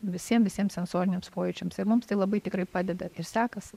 visiem visiem sensoriniams pojūčiams ir mums tai labai tikrai padeda ir sekasi